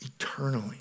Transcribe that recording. eternally